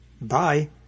Bye